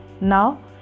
now